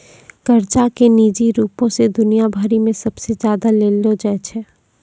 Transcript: कर्जा के निजी रूपो से दुनिया भरि मे सबसे ज्यादा लेलो जाय छै